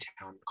town